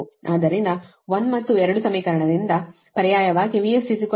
ಆದ್ದರಿಂದ 1 ಮತ್ತು 2 ಸಮೀಕರಣದಿಂದ ಆದ್ದರಿಂದ ಇಲ್ಲಿ ಪರ್ಯಾಯವಾಗಿ VS 11